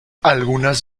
algunas